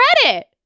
credit